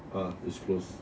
ah it's closed